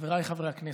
חבריי חברי הכנסת,